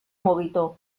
mugitu